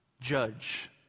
Judge